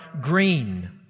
green